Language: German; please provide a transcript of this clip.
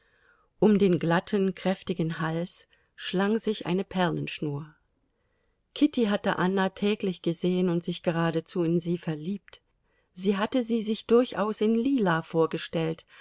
um den glatten kräftigen hals schlang sich eine perlenschnur kitty hatte anna täglich gesehen und sich geradezu in sie verliebt sie hatte sie sich durchaus in lila vorgestellt